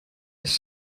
his